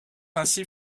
ainsi